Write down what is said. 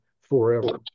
forever